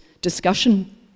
discussion